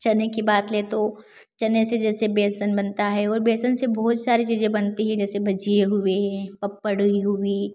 चने की बात लें तो चने से जैसे बेसन बनता है और बेसन से बहुत सारी चीज़ें बनती है जैसे भजिएँ हुए पापड़ भी हुई